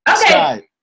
Okay